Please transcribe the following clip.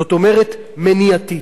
זאת אומרת, מניעתית.